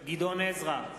גדעון עזרא,